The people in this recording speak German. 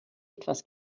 etwas